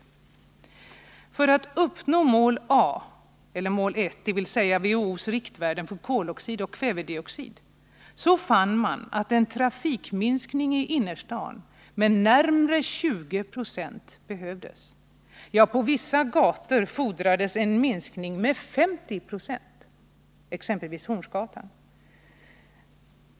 För att uppnå mål 1, dvs. WHO:s riktvärde för koloxid och kvävedioxid, fann man att en trafikminskning i innerstaden med närmare 20 96 behövdes. Ja, på vissa gator fordrades det en minskning med 50 96, exempelvis på Hornsgatan.